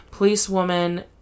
Policewoman